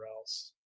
else